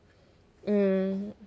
mm